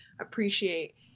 appreciate